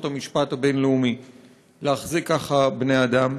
המשפט הבין-לאומי להחזיק ככה בני אדם,